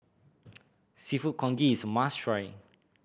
Seafood Congee is must try